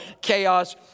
chaos